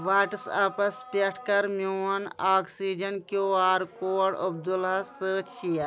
واٹس اپَس پٮ۪ٹھ کَر میون آکسِجن کیوٗ آر کوڈ عبدُلس سۭتی شیر